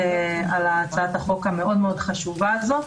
החוק המאוד-מאוד חשובה הזו.